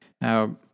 Now